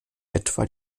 etwa